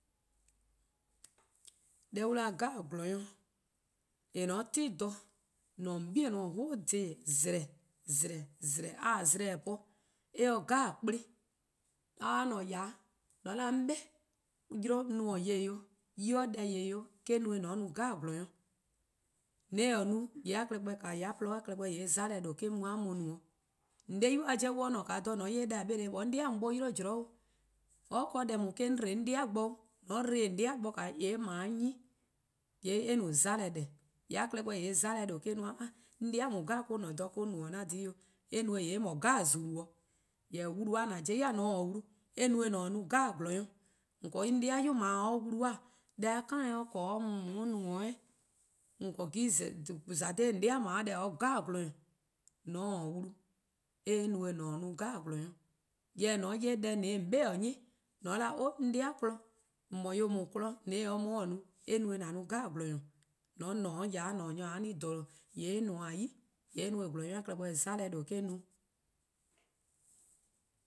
Deh an 'da-dih-a :gwlor-nyor: 'jeh, :mor :on 'ti dha, mor-: :on 'bei'-: whole day :zleh, :zleh, :zleh, :mor a taa zleh-a' po eh :se kplen 'jeh. :mor a :ne yard :on 'da 'on 'be 'yle no :yeh :daa 'o yi 'o deh :yeh :daa 'o eh-: no-eh :an no nyor 'jeh. :mor :on taa-eh no :yee' :yee' a klehkpeh :a :porluh-a klehkpeh :yee' 'mona :due' or-: mu-a no-'. :on 'de-di' :boi'-a 'jeh :mor on dha :mor :on 'ye deh or 'da :mor a mu 'on 'dei' :yor :daa or 'yle zean' 'o, 'or deh :daa eh-: 'on dbo 'on 'dei' bo 'o, :mor :on dbo-eh :on 'dei' bo :yee' eh "korn 'nyene, :yee' eh no 'mona: :deh, :yee' a klehkpeh 'mona: :due' or-: no a klehkpeh, :yee' 'a! 'An 'de-di' :daa or-: :ne dha :or no-a 'an dhih 'o, :mor :on no-eh :yee' eh :mor :zulu 'jeh 'o. jorwor: :wlu-a :a pobo-a ya :mor :on :taa wlu, eh no-eh :an no nyor 'jeh, :on :korn 'gen 'an 'de-di' 'yu :daa :or :wlu-a deh-a kind or 'ble o mu :on bo-dih no eh 'nyene :eh? :on :korn 'gen dha :daa :on 'dei' :daa on deh or :se nyor 'jeh. :mor :on :taa wlu eh no-eh :an no nyor 'jeh. Jorwor: :mor :on 'ye deh :mor :on taa :on 'bi 'nyi, :mor :on 'da 'o 'on 'dei' kpon-dih, :mor :yor :daa 'kpon-dih, :mor ta-eh or bo-dih no eh no-e :an no nyor 'jeh. :mor :on :ne 'de yard :mor-: nyor-: a-a' 'jeh :yee' eh :nmor-: 'yi, :yee' eh no-eh :yee' nyor-a klehkpeh 'mona :due' eh-: no-uh.